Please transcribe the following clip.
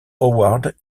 howard